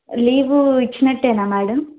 leave ఇచ్చినట్టేనా madam